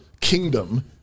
kingdom